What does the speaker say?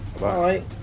Bye